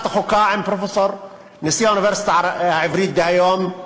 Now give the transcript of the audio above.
החוקה עם נשיא האוניברסיטה העברית דהיום,